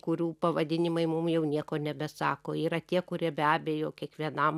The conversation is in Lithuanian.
kurių pavadinimai mum jau nieko nebesako yra tie kurie be abejo kiekvienam